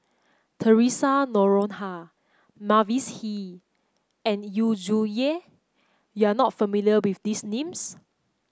Theresa Noronha Mavis Hee and Yu Zhuye you are not familiar with these names